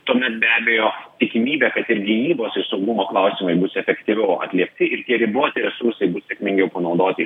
tuomet be abejo tikimybė kad ir gynybos ir saugumo klausimai bus efektyviau atliepti ir riboti resursai bus sėkmingiau panaudoti